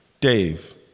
Dave